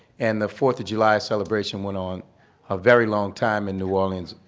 and the fourth of july celebration went on a very long time in new orleans,